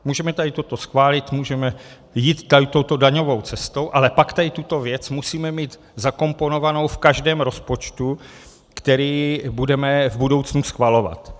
Můžeme tady toto schválit, můžeme jít touto daňovou cestou, ale pak tuto věc musíme mít zakomponovánu v každém rozpočtu, který budeme v budoucnu schvalovat.